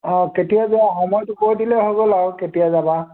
অঁ কেতিয়া যোৱা সময়টো কৈ দিলে হৈ গ'ল আৰু কেতিয়া যাবা